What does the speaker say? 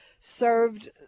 served